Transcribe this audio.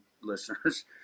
listeners